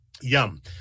Yum